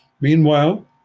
Meanwhile